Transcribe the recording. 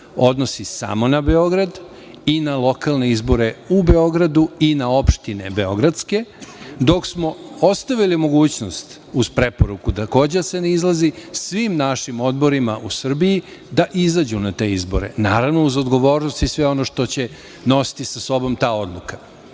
odnosi samo na Beograd i na lokalne izbore u Beogradu i na opštine beogradske, dok smo ostavili mogućnost uz preporuku takođe da se ne izlazi svim našim odborima u Srbiji da izađu na te izbore, naravno uz odgovornost i sve ono što će nositi sa sobom ta odluka. Mislim